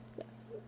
Yes